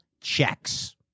checks